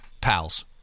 pals